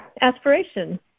aspiration